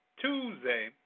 Tuesday